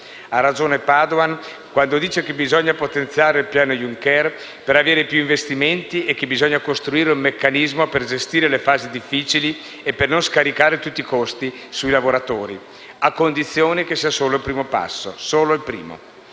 il ministro Padoan quanto dice che bisogna potenziare il piano Juncker per avere più investimenti e che bisogna costruire un meccanismo per gestire le fasi difficili e per non scaricare tutti i costi sui lavoratori, a condizione che sia solo il primo passo,